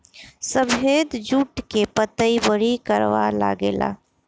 सफेद जुट के पतई बड़ी करवा लागेला